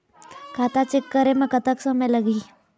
खाता चेक करे म कतक समय लगही?